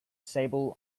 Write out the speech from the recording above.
sable